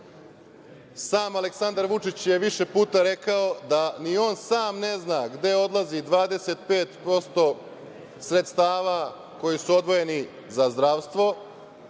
Aleksandar Vučić je više puta rekao da ni on sam ne zna gde odlazi 25% sredstava koji su odvojeni za zdravstvo,